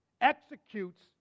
executes